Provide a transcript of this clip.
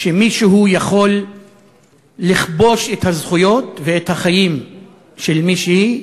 שמישהו יכול לכבוש את הזכויות ואת החיים של מישהי,